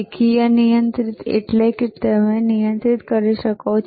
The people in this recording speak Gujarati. રખીય નિયંત્રિત એટલે કે તમે તેને નિયંત્રિત કરી શકો છો